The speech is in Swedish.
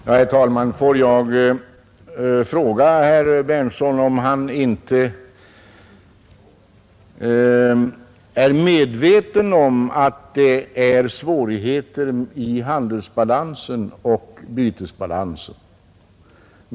Herr talman! Får jag fråga herr Berndtson i Linköping om han inte är medveten om att det är svårigheter i handelsbalansen och bytesbalansen.